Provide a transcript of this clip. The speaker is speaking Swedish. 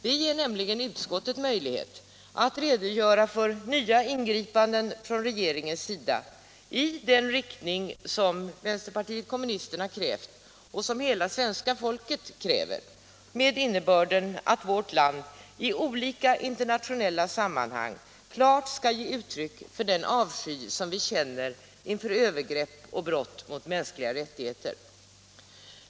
Det ger nämligen utskottet möjlighet att redogöra för nya ingripanden från regeringens sida i den riktning som vpk har krävt och som hela svenska folket kräver, nämligen att vårt land i olika internationella sammanhang klart skall ge uttryck för den avsky som vi känner inför övergrepp och brott mot mänskliga rättigheter.